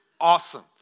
awesome